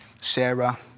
Sarah